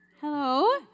Hello